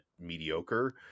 mediocre